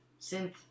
Synth